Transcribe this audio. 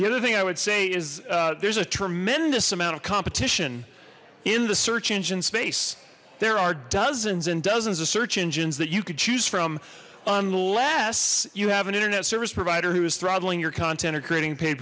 the other thing i would say is there's a tremendous amount of competition in the search engine space there are dozens and dozens of search engines that you could choose from unless you have an internet service provider who is throttling your content or creating paid